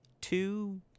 two